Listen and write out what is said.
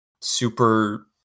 super